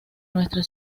nuestra